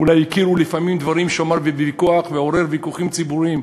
אולי הכירו לפעמים דברים שהוא אמר בוויכוח ועורר ויכוחים ציבוריים.